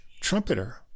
trumpeter